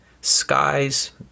skies